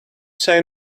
say